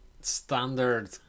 standard